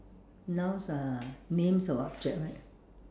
nouns are names of objects right